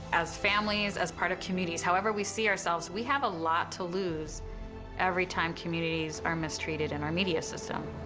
as families, as part of communities, however we see ourselves, we have a lot to lose every time communities are mistreated in our media system,